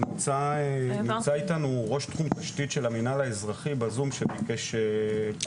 נמצא איתנו בזום ראש תחום תשתית של המינהל האזרחי שמבקש לעלות,